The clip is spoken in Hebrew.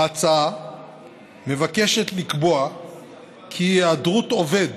ההצעה מבקשת לקבוע כי היעדרות עובד